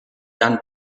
than